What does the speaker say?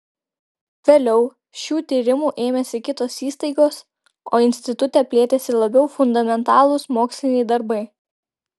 vėliau šių tyrimų ėmėsi kitos įstaigos o institute plėtėsi labiau fundamentalūs moksliniai darbai